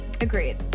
agreed